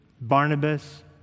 Barnabas